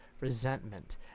resentment